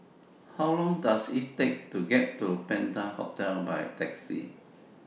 How Long Does IT Take to get to Penta Hotel By Taxi